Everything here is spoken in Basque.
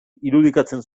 irudikatzen